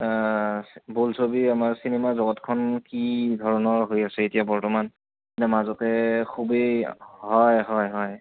বোলছবি আমাৰ চিনেমা জগতখন কি ধৰণৰ হৈ আছে এতিয়া বৰ্তমান মাজতে খুবেই হয় হয় হয়